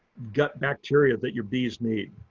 gut bacteria that your bees need.